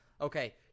Okay